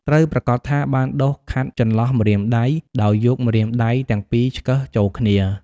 ត្រូវប្រាកដថាបានដុសខាត់ចន្លោះម្រាមដៃ ដោយយកម្រាមដៃទាំងពីរឆ្កឹះចូលគ្នា។